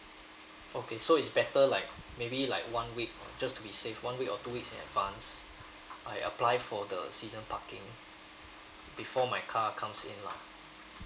okay so it's better like maybe like one week just to be save one week or two weeks in advance I apply for the season parking before my car comes in lah